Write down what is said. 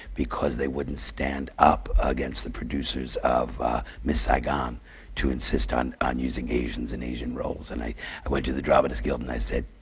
because they wouldn't stand up against the producers of miss saigon to insist on on using asians in asian roles. and i went to the dramatists guild and i said,